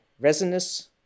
resinous